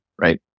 right